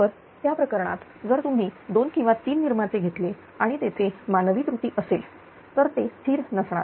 तर त्या प्रकरणात जर तुम्ही दोन किंवा तीन निर्माते घेतले आणि तेथे मानवी त्रुटी असेल तर ते स्थिर नसणार